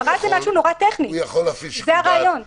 הפרה זה משהו נורא טכני, זה הרעיון.